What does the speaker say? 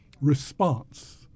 response